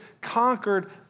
conquered